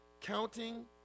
counting